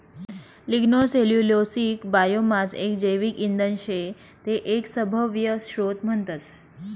lignocellulosic biomass एक जैविक इंधन शे ते एक सभव्य स्त्रोत म्हणतस